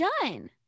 done